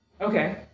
Okay